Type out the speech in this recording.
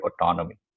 autonomy